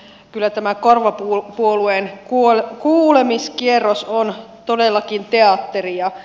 kyllä tämä korvapuolueen kuulemiskierros on todellakin teatteria